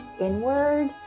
inward